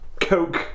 Coke